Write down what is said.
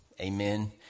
Amen